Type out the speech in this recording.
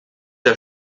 der